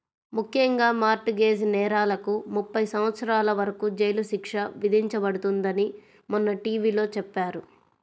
ముఖ్యంగా mortgage నేరాలకు ముప్పై సంవత్సరాల వరకు జైలు శిక్ష విధించబడుతుందని మొన్న టీ.వీ లో చెప్పారు